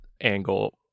angle